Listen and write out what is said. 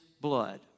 blood